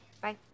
bye